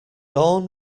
dawn